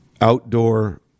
outdoor